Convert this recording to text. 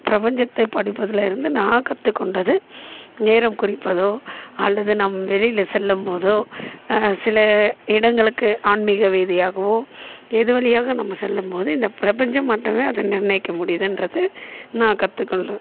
பிரபஞ்சத்தை படிப்பதில் இருந்து நான் கற்றுக்கொண்டது நேரம் குறிப்பதோ அல்லது நாம் வெளியில் செல்லும் போதோ சில இடங்களுக்கு ஆன்மீக ரீதியாகவோ எது வழியாக நம்ம செல்லும் போது இந்த பிரபஞ்சம் மட்டுமே அதை நிர்ணயிக்க முடியுதுன்றது நான் கற்றுக்கொண்டேன்